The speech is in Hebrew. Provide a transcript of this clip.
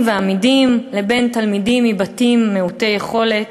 ואמידים לבין תלמידים מבתים מעוטי יכולת.